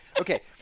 Okay